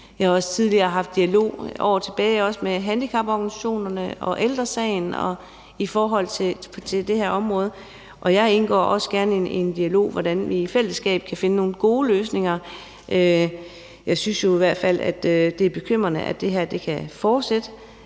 for år tilbage, haft en dialog med handicaporganisationerne og Ældre Sagen om det her område. Og jeg indgår også gerne i en dialog om, hvordan vi i fællesskab kan finde nogle gode løsninger. Jeg synes jo i hvert fald, det er bekymrende, at det her kan fortsætte.